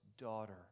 daughter